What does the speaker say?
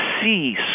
see